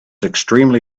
extremely